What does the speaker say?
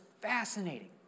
fascinating